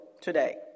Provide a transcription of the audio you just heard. today